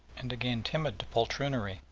and again timid to poltroonery,